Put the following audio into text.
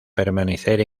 permanecer